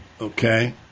Okay